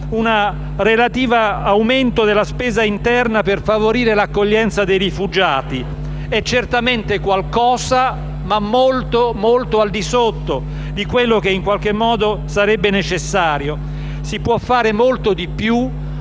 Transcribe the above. aumento della spesa interna, per favorire l'accoglienza dei rifugiati: è certamente qualcosa, ma molto al di sotto di quello che sarebbe necessario. Si può fare molto di più,